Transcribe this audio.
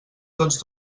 tots